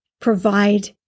Provide